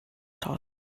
sol